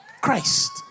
Christ